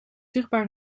zichtbaar